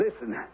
Listen